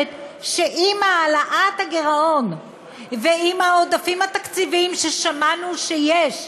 חוששת שעם העלאת הגירעון ועם העודפים התקציביים ששמענו שיש,